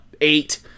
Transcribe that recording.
eight